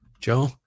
Joe